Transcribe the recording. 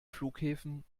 flughäfen